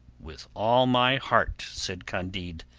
with all my heart, said candide,